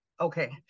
Okay